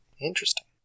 Interesting